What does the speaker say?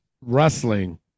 wrestling